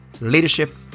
Leadership